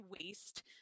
waste